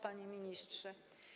Panie Ministrze!